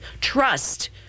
trust